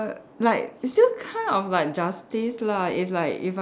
like still kind of like justice lah is like if I